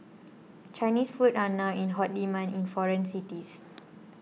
Chinese food are now in hot demand in foreign cities